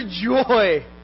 joy